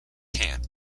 hand